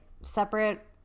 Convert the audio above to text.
separate